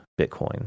Bitcoin